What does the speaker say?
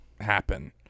happen